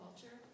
culture